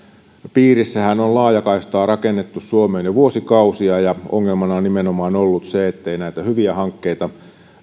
piirissähän on laajakaistaa rakennettu suomeen jo vuosikausia ja ongelmana on nimenomaan ollut se ettei näitä hyviä hankkeita